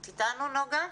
את איתנו נגה?